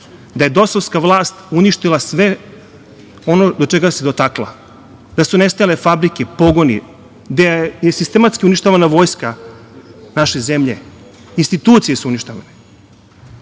da je dosovska vlast uništila sve ono čega se dotakla, da su nestajale fabrike, pogoni, gde je sistematski uništavana vojska naše zemlje. Institucije su uništavane.U